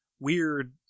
weird